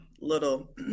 little